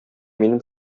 минем